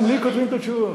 גם לי כותבים את התשובות.